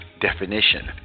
definition